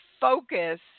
focus